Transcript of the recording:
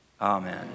Amen